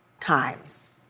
times